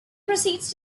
proceeds